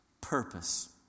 Purpose